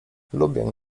lubię